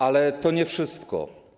Ale to nie wszystko.